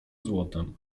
złotem